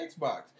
Xbox